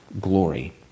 glory